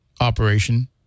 operation